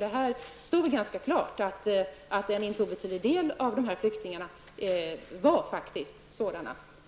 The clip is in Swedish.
Det stod ganska klart att det gällde en icke obetydlig del av dessa flyktingar.